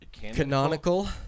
canonical